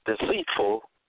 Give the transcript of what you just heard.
deceitful